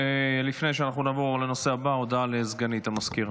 לפני שנעבור לנושא הבא, הודעה לסגנית המזכיר.